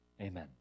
Amen